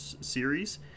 series